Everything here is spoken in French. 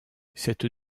cette